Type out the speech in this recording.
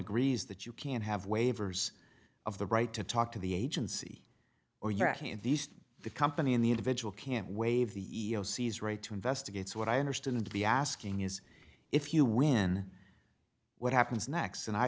agrees that you can't have waivers of the right to talk to the agency or your hand these days the company and the individual can't waive the e e o c is right to investigates what i understood it to be asking is if you win what happens next and i